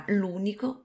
l'unico